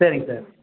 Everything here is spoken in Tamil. சரிங்க சார்